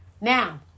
Now